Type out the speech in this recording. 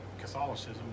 Catholicism